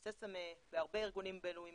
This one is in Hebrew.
ב-SESAME, בהרבה ארגונים בינלאומיים